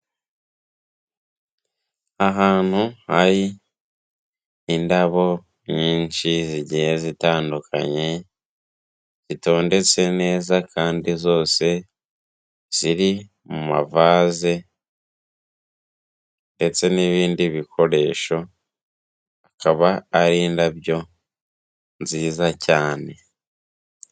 Ahantu hari indabo nyinshi zigiye zitandukanye, zitondetse neza kandi zose ziri mu mavase ndetse n'ibindi bikoresho, akaba ari indabyo nziza cyane.